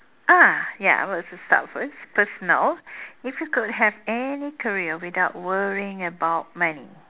ah ya I will just start first personal if you could have any career without worrying about money